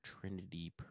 Trinity